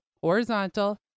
horizontal